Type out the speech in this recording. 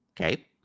Okay